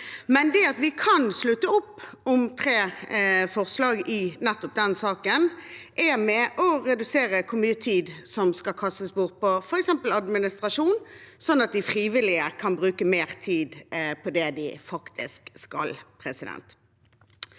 men det at vi kan slutte opp om tre forslag i nettopp den saken, er med på å redusere hvor mye tid som skal kastes bort på f.eks. administrasjon, slik at de frivillige kan bruke mer tid på det de faktisk skal.